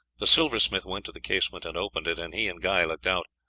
the silversmith went to the casement and opened it, and he and guy looked out.